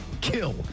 Kill